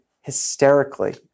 hysterically